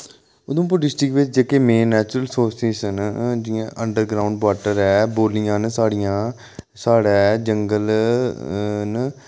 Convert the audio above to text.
Udhampur district च जेह्के main natural resources न जि'यां अंडर ग्राऊंड वाटर ऐ बौलियां न साढ़ियां साढ़े जंगल न